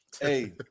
Hey